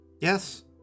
Yes